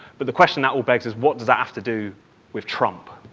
but the question that all begs is what does that have to do with trump,